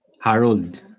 Harold